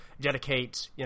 dedicate